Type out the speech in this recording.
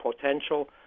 potential